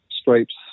stripes